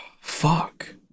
Fuck